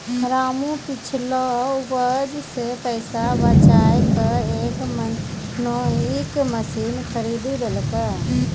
रामू नॅ पिछलो उपज सॅ पैसा बजाय कॅ एक विनोइंग मशीन खरीदी लेलकै